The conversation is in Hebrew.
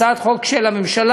הצעת חוק של הממשלה,